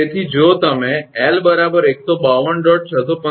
તેથી જો તમે 𝑙 152